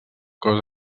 cos